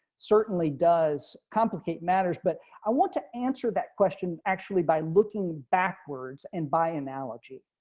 certainly does complicate matters, but i want to answer that question actually, by looking backwards and by analogy.